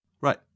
Right